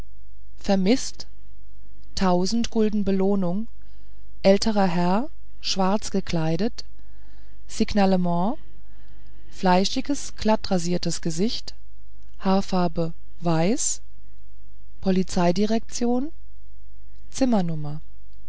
vermißt tausend gulden belohnung älterer herr schwarz gekleidet signalement fleischiges glattrasiertes gesicht haarfarbe weiß polizeidirektion